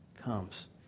comes